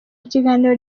kiganiro